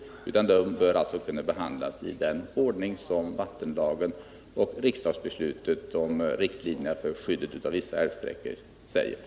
Frågorna bör kunna behandlas i den ordning som vattenlagen och riksdagsbeslutet om riktlinjerna för skyddet av vissa älvsträckor föreskriver.